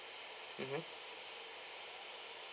mmhmm